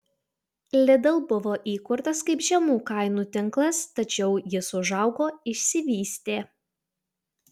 lidl buvo įkurtas kaip žemų kainų tinklas tačiau jis užaugo išsivystė